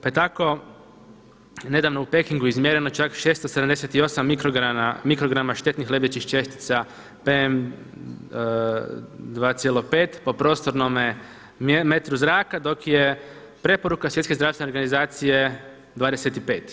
Pa je tako nedavno u Pekingu izmjereno čak 678 mikrograma štetnih lebdećih čestica PN2,5 po prostornome metru zraka dok je preporuka Svjetske zdravstvene organizacije 25.